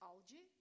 algae